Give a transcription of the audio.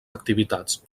activitats